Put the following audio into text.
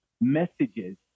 messages